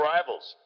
Rivals